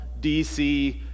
DC